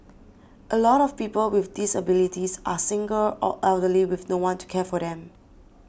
a lot of people with disabilities are single or elderly with no one to care for them